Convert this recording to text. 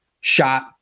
shot